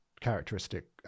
characteristic